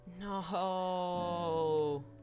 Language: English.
No